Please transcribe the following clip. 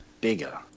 bigger